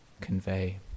convey